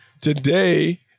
Today